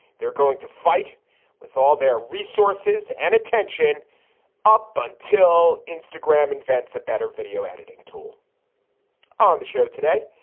they're going to fight with all their resources and attention up until instagram invents a better video editing tool on the show today,